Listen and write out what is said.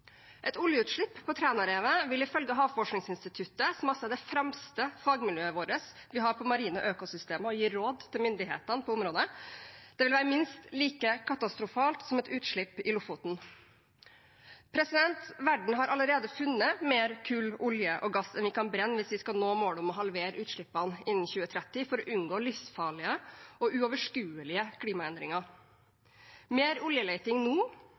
har på marine økosystemer og gir råd til myndighetene på området, være minst like katastrofalt som et utslipp i Lofoten. Verden har allerede funnet mer kull, olje og gass enn vi kan brenne hvis vi skal nå målet om å halvere utslippene innen 2030 for å unngå livsfarlige og uoverskuelige klimaendringer. Mer oljeleting nå